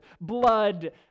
blood